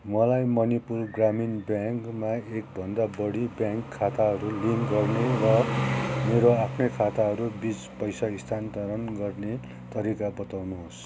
मलाई मणिपुर ग्रामीण ब्याङ्कमा एकभन्दा बढी ब्याङ्क खाताहरू लिङ्क गर्नु र मेरो आफ्नै खाताहरूबिच पैसा स्थान्तरण गर्ने तरिका बताउनुहोस्